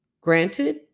Granted